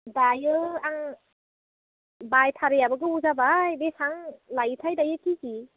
दायो आं बायथारैयाबो गोबाव जाबाय बेसां लायोथाय दायो केजि